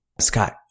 Scott